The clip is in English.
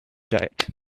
right